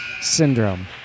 syndrome